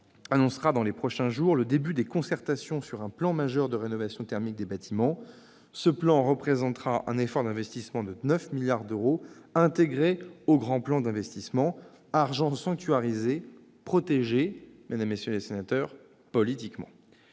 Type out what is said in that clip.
annoncera dans les prochains jours le début des concertations sur un plan majeur de rénovation thermique des bâtiments. Ce plan représentera un effort d'investissement de 9 milliards d'euros, intégré au grand plan d'investissement ; il s'agit d'une somme sanctuarisée, politiquement